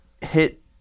hit